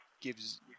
gives